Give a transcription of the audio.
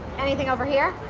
anything over here?